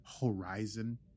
horizon